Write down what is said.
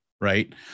right